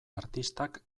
artistak